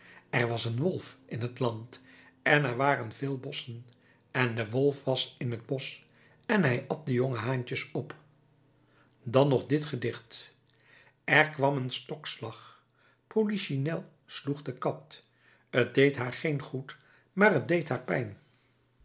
er was een wolf in het land en er waren veel bosschen en de wolf was in het bosch en hij at de jonge haantjes op dan nog dit gedicht er kwam een stokslag polichinel sloeg de kat t deed haar geen goed maar t deed haar pijn